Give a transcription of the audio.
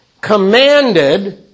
commanded